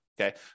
Okay